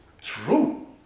true